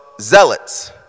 zealots